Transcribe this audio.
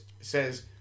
Says